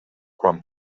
quan